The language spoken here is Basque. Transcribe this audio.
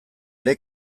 ere